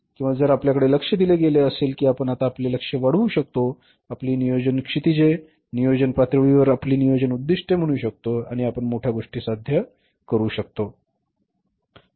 किंवा जर आपल्याकडे लक्ष दिले गेले असेल की आपण आता आपले लक्ष्य वाढवू शकतो आपले नियोजन क्षितिजे नियोजन पातळीवर आपले नियोजन उद्दिष्टे म्हणू शकतो आणि आपण मोठ्या गोष्टी साध्य करू शकतो बरोबर